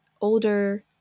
older